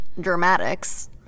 Dramatics